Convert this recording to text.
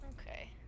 okay